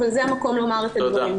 אבל זה המקום לומר את הדברים.